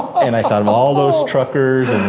and i thought of all those truckers